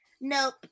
Nope